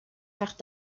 وقت